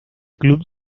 club